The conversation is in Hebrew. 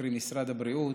קרי משרד הבריאות,